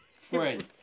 friend